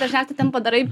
dažniausia ten padarai